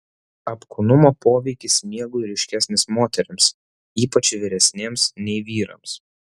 apkūnumo poveikis miegui ryškesnis moterims ypač vyresnėms nei vyrams